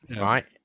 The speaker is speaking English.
right